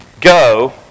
go